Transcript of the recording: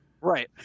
Right